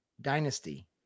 Dynasty